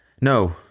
no